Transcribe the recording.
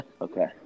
okay